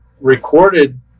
recorded